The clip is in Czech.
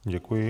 Děkuji.